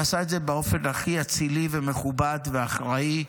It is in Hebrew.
ועשה את זה באופן הכי אצילי ומכובד ואחראי.